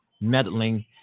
meddling